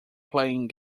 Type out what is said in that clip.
playing